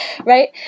Right